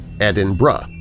Edinburgh